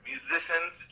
Musicians